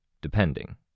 depending